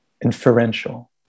Inferential